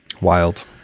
Wild